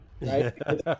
right